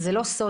זה לא סוד,